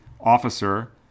officer